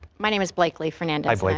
my name is likely fernandez like